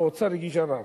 האוצר הגיש ערר.